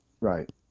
right